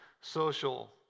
social